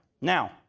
Now